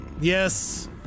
Yes